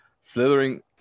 slithering